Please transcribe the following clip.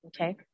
okay